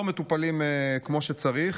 באמת לא מטופלים כמו שצריך.